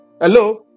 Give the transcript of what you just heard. Hello